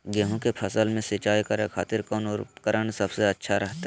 गेहूं के फसल में सिंचाई करे खातिर कौन उपकरण सबसे अच्छा रहतय?